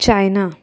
China